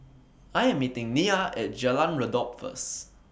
I Am meeting Nia At Jalan Redop First